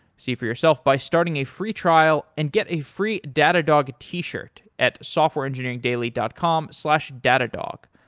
see for yourself by starting a free trial and get a free datadog t shirt at softwareengineeringdaily dot com slash datadog.